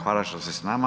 Hvala što ste s nama.